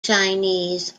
chinese